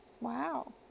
Wow